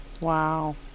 Wow